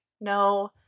no